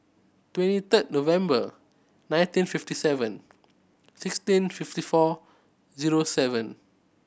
twenty third November nineteen fifty seven sixteen fifty four zero seven